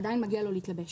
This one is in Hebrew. עדיין מגיע לו להתלבש.